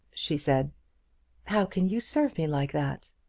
she said how can you serve me like that?